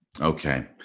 Okay